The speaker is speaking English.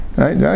right